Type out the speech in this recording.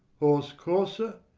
horse-courser!